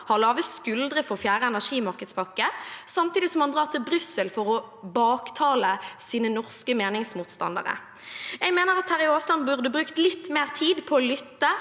har lave skuldre for fjerde energimarkedspakke, samtidig som han drar til Brussel for å baktale sine norske meningsmotstandere. Jeg mener Terje Aasland burde brukt litt mer tid på å lytte